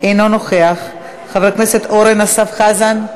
אינו נוכח, חבר הכנסת אורן אסף חזן,